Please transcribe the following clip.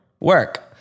Work